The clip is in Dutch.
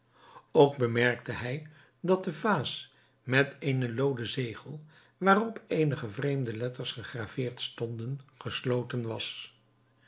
ook bemerkte hij dat de vaas met eenen looden zegel waarop eenige vreemde letters gegraveerd stonden gesloten was